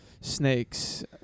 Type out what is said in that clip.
Snakes